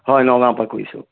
হয় নগাঁৱৰ পৰা কৈছোঁ